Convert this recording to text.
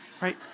right